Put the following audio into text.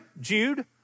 Jude